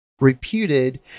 reputed